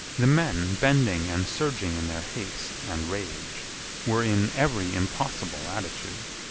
the men bending and surging in their haste and rage were in every impossible attitude.